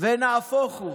ונהפוך הוא.